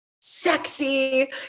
sexy